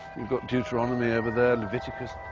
we've got deuteronomy over there, leviticus.